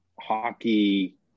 hockey